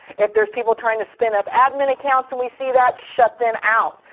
if there's people trying to spin up admin accounts, and we see that, shut them out.